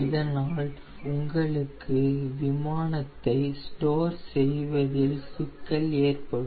இதனால் உங்களுக்கு விமானத்தை ஸ்டோர் செய்வதில் சிக்கல் ஏற்படும்